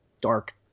dark